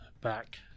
back